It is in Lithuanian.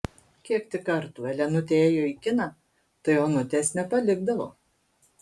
kiek tik kartų elenutė ėjo į kiną tai onutės nepalikdavo